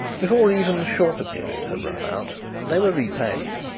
before even the shorter period had run out they were repaid.